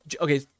okay